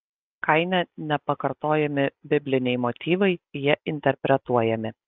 kaine nekartojami bibliniai motyvai jie interpretuojami